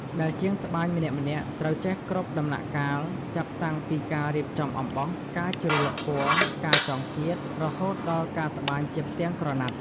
ដែលជាងត្បាញម្នាក់ៗត្រូវចេះគ្រប់ដំណាក់កាល ចាប់តាំងពីការរៀបចំអំបោះ ការជ្រលក់ពណ៌ ការចងគាត រហូតដល់ការត្បាញជាផ្ទាំងក្រណាត់។